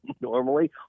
normally